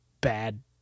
bad